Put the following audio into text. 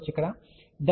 w d 0